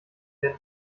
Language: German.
den